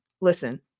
listen